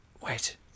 wait